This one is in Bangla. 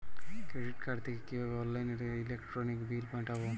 ক্রেডিট কার্ড থেকে কিভাবে অনলাইনে ইলেকট্রিক বিল মেটাবো?